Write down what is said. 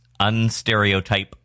Unstereotype